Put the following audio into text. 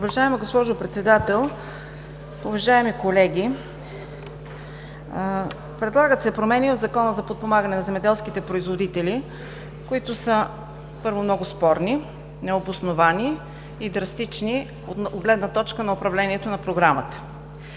Уважаема госпожо Председател, уважаеми колеги, предлагат се промени в Закона за подпомагане на земеделските производители, които са, първо, много спорни, необосновани и драстични от гледна точка на управлението на Програмата.